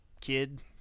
kid